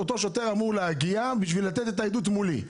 השוטר אמור להגיע בשביל לתת עדות מולי.